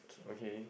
okay